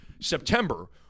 September –